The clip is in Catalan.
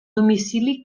domicili